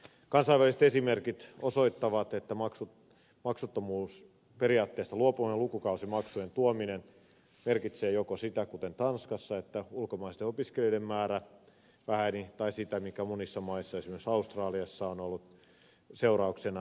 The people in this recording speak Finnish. kansainväliset esimerkit osoittavat että maksuttomuusperiaatteesta luopuminen ja lukukausimaksujen tuominen merkitsee joko sitä kuten tanskassa että ulkomaisten opiskelijoiden määrä vähenee tai sitä mikä monissa maissa esimerkiksi australiassa on ollut seurauksena